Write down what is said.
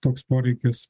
toks poreikis